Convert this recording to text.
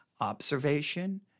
Observation